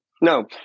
no